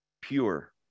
pure